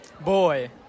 boy